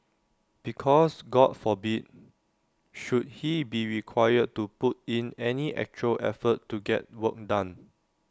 because God forbid should he be required to put in any actual effort to get work done